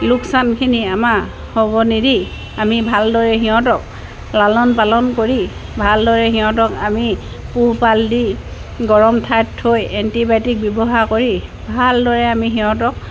লোকচানখিনি আমাৰ হ'ব নিদি আমি ভালদৰে সিহঁতক লালন পালন কৰি ভালদৰে সিহঁতক আমি পোহপাল দি গৰম ঠাইত থৈ এণ্টিবায়'টিক ব্যৱহাৰ কৰি ভালদৰে আমি সিহঁতক